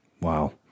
Wow